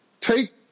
take